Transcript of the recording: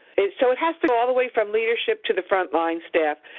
so it has to go all the way from leadership to the frontline staff,